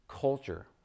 culture